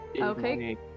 Okay